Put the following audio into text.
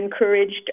encouraged